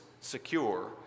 secure